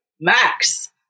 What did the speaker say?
Max